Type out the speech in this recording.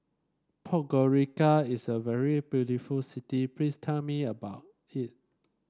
podgorica is a very beautiful city please tell me about it